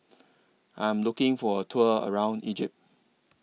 I'm looking For A Tour around Egypt